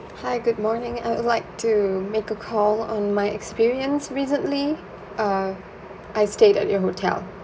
hi good morning I would like to make a call on my experience recently err I stayed at your hotel